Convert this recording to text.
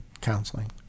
counseling